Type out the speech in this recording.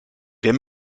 wer